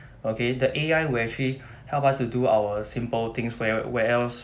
okay the A_I will actually help us to do our simple things where where else